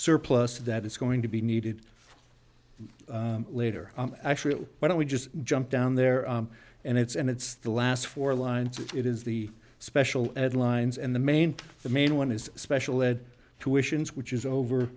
surplus that is going to be needed later actually why don't we just jump down there and it's and it's the last four lines it is the special ed lines and the main the main one is special ed tuitions which is over